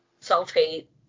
Self-hate